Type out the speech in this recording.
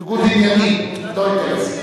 ניגוד עניינים, ניגוד עניינים, לא אינטרסים.